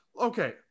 Okay